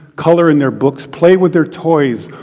color in their books, play with their toys,